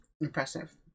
Impressive